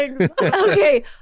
Okay